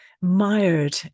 mired